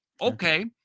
Okay